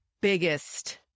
biggest